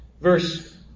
verse